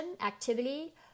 activity